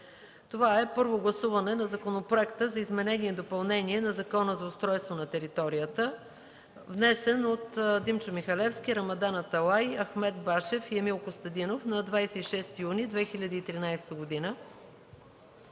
на първо гласуване Законопроекта за изменение и допълнение на Закона за устройство на територията с вносители Димчо Михалевски, Рамадан Аталай, Ахмед Башев и Емил Костадинов, внесен в Народното